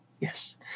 yes